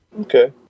Okay